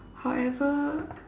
however